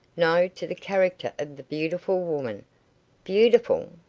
no to the character of the beautiful woman beautiful?